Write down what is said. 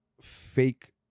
fake